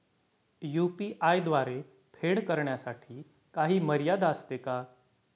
UPI द्वारे फेड करण्यासाठी काही मर्यादा असते का?